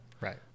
Right